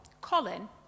Colin